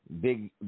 big